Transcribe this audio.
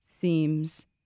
seems